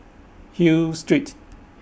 Hill Street